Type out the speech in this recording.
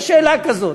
יש שאלה כזאת.